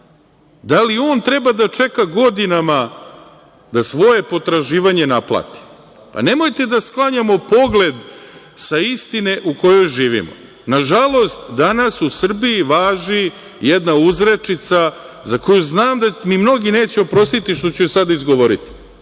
Da li on treba da čeka godinama da svoje potraživanje naplati? Nemojte da sklanjamo pogled sa istine u kojoj živimo. Nažalost, danas u Srbiji važi jedna uzrečica koju mi mnogi neće oprostiti jer ću je izgovoriti,